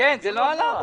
כן, זה לא על העמותה.